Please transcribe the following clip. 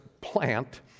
plant